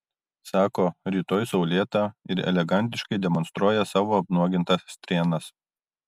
sako rytoj saulėta ir elegantiškai demonstruoja savo apnuogintas strėnas